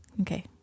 Okay